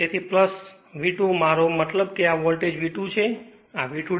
તેથી V2 મારો મતલબ કે આ વોલ્ટેજ છે આ V2 છે